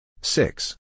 six